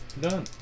done